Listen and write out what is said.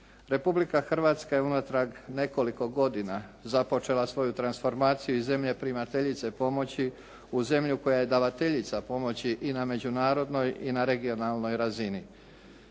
Republika Hrvatska je unatrag nekoliko godina započela svoju transformaciju iz zemlje primateljice pomoći u zemlju koja je davateljica pomoći i na međunarodnoj i na regionalnoj razini.